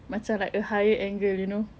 macam like a higher angle you know